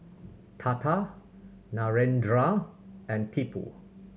Tata Narendra and Tipu